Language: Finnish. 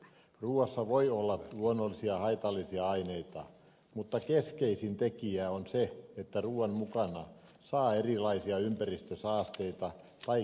ruuassa voi olla luonnollisia haitallisia aineita mutta keskeisin tekijä on se että ruuan mukana saa erilaisia ympäristösaasteita tai kemiallisia aineita